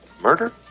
Murder